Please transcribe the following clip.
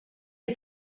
est